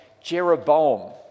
Jeroboam